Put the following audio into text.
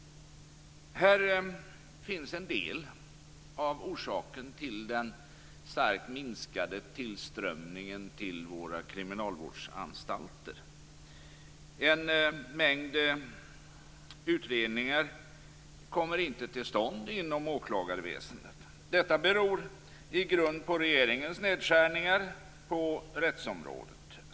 Här finns en del av orsakerna till den starkt minskade tillströmningen till våra kriminalvårdsanstalter. En mängd utredningar kommer inte till stånd inom åklagarväsendet. Detta beror i grunden på regeringens nedskärningar på rättsområdet.